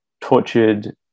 tortured